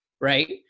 right